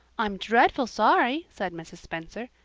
i'm dreadful sorry, said mrs. spencer.